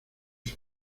sus